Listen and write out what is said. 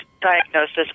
diagnosis